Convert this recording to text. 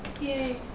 Yay